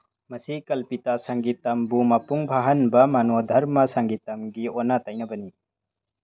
ꯃꯁꯤ ꯀꯜꯄꯤꯇꯥ ꯁꯪꯒꯤꯇꯝꯕꯨ ꯃꯄꯨꯡ ꯐꯥꯍꯟꯕ ꯃꯅꯣꯙꯔꯃ ꯁꯪꯒꯤꯇꯝꯒꯤ ꯑꯣꯟꯅ ꯇꯩꯅꯕꯅꯤ